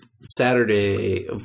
Saturday